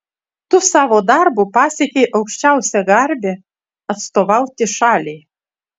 tu savo darbu pasiekei aukščiausią garbę atstovauti šaliai